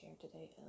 today